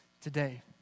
today